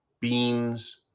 beans